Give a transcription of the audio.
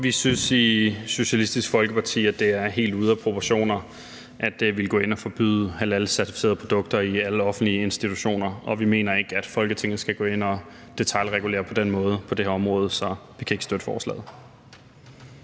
Vi synes i Socialistisk Folkeparti, at det er helt ude af proportioner at ville gå ind og forbyde halalcertificerede produkter i alle offentlige institutioner, og vi mener ikke, at Folketinget skal gå ind og detailregulere på den måde på det her område. Så vi kan ikke støtte forslaget.